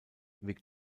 vic